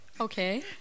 Okay